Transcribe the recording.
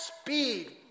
speed